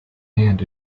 hand